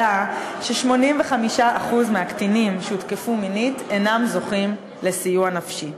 עלה ש-85% מהקטינים שהותקפו מינית אינם זוכים לסיוע נפשי.